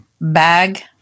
bag